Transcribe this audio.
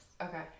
Okay